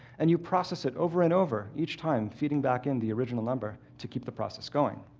and you process it over and over, each time feeding back in the original number to keep the process going.